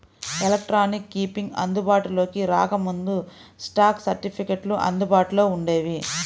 electronic keeping అందుబాటులోకి రాకముందు, stock సర్టిఫికెట్లు అందుబాటులో వుండేవి